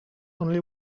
only